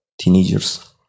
Teenagers